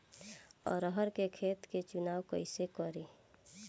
अरहर के खेत के चुनाव कईसे करी?